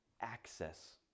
access